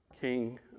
king